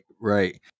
right